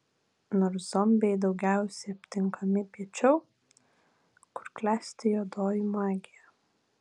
nors zombiai daugiausiai aptinkami piečiau kur klesti juodoji magija